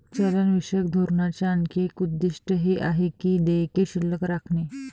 चलनविषयक धोरणाचे आणखी एक उद्दिष्ट हे आहे की देयके शिल्लक राखणे